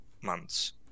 months